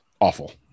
awful